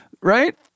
right